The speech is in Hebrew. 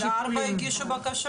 רק ארבעה הגישו בקשות?